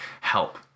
help